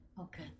Okay